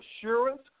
assurance